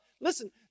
Listen